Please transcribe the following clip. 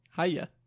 Hiya